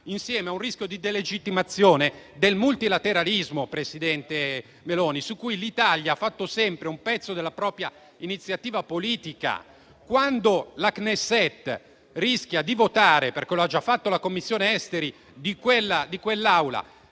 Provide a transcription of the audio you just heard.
insieme a un rischio di delegittimazione del multilateralismo, presidente Meloni, su cui l'Italia ha basato sempre un pezzo della propria iniziativa politica. Quando la Knesset rischia di votare (perché lo ha già fatto la Commissione esteri di quella